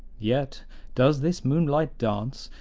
yet does this moonlight dance,